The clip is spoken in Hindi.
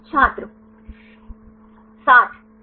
छात्र 60 54